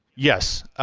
yes.